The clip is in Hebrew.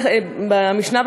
במשנה,